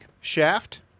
Shaft